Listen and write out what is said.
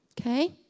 Okay